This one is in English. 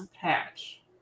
patch